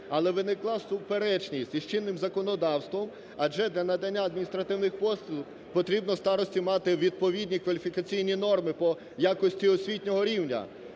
Але виникла суперечність із чинним законодавством, адже для надання адміністративних послуг потрібно старості мати відповідні кваліфікаційні норми по якості освітнього рівня.